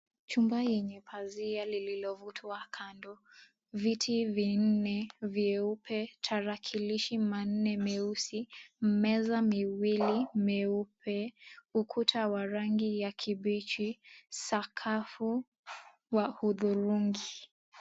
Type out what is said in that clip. Chumba yenye pazia lililovutwa kando, viti vinne vyeupe, tarakilishi manne meusi, meza miwili meupe, ukuta wa rangi ya kibichi, sakafu ya hudhurungi.